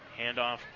Handoff